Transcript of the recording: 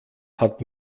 hat